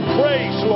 praise